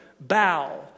bow